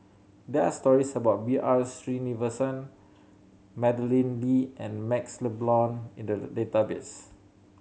there are stories about B R Sreenivasan Madeleine Lee and MaxLe Blond in the database